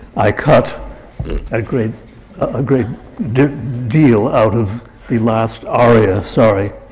i cut a great a great deal out of the last aria sorry,